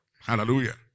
Hallelujah